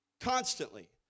constantly